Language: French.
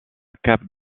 cap